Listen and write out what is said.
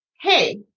Hey